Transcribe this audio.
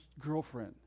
girlfriend